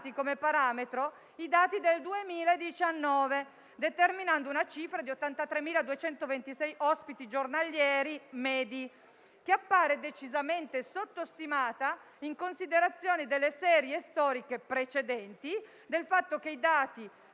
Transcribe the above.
come parametro i dati del 2019, determinando una cifra di 83.226 ospiti giornalieri medi, che appare decisamente sottostimata in considerazione delle serie storiche precedenti, del fatto che i dati